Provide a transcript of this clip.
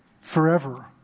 forever